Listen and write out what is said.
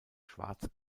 schwarz